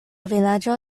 vilaĝo